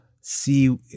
see